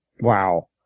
Wow